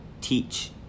teach